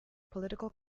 political